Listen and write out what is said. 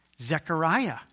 Zechariah